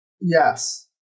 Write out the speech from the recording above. Yes